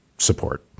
support